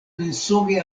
mensoge